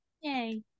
Yay